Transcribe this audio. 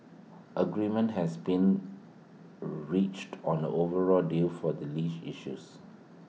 agreement has been reached on the overall deal for the Irish issues